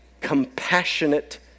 compassionate